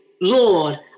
Lord